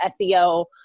SEO